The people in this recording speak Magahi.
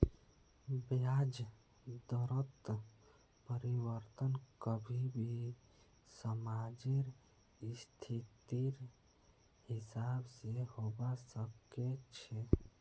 ब्याज दरत परिवर्तन कभी भी समाजेर स्थितिर हिसाब से होबा सके छे